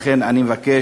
לכן אני מבקש